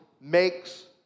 makes